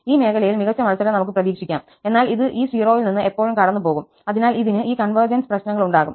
ഈ മേഖലയിൽ മികച്ച മത്സരം നമുക്ക് പ്രതീക്ഷിക്കാം എന്നാൽ ഇത് ഈ 0 ൽ നിന്ന് എപ്പോഴും കടന്നുപോകും അതിനാൽ ഇതിന് ഈ കൺവെർജെൻസ് പ്രശ്നങ്ങൾ ഉണ്ടാകും